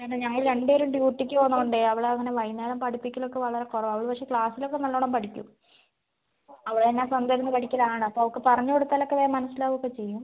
കാരണം ഞങ്ങൾ രണ്ട് പേരും ഡ്യൂട്ടിക്ക് പോന്നോണ്ടെ അവളെ അങ്ങനെ വൈകുന്നേരം പഠിപ്പിക്കൽ ഒക്കെ വളരെ കുറവാണ് അവൾ പക്ഷേ ക്ലാസ്സിൽ ഒക്കെ നല്ലോണം പഠിക്കും അവൾ തന്നെ സ്വന്തം ഇരുന്ന് പഠിക്കലാണ് അപ്പം അവൾക്ക് പറഞ്ഞ് കൊടുത്താൽ ഒക്കെ വേഗം മനസ്സിലാവൊക്കെ ചെയ്യും